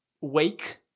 wake